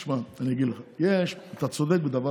תשמע, אני אגיד לך, אתה צודק בדבר